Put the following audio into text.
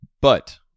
But-